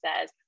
says